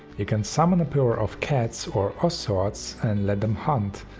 you can summon a pillar of cats or ocelots and let them hunt,